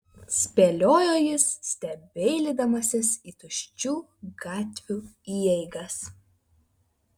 spėliojo jis stebeilydamasis į tuščių gatvių įeigas